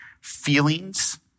feelings